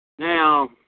Now